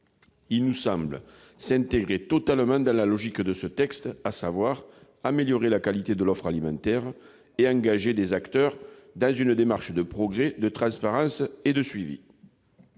Il nous semble s'intégrer totalement dans la logique de ce texte, à savoir améliorer la qualité de l'offre alimentaire et engager les acteurs dans une démarche de progrès, de transparence et de suivi.